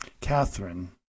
Catherine